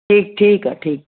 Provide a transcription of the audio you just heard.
ठीकु ठीकु आहे ठीकु